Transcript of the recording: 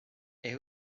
est